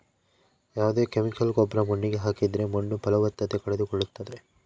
ಯಾವ್ದೇ ಕೆಮಿಕಲ್ ಗೊಬ್ರ ಮಣ್ಣಿಗೆ ಹಾಕಿದ್ರೆ ಮಣ್ಣು ಫಲವತ್ತತೆ ಕಳೆದುಕೊಳ್ಳುತ್ತದೆ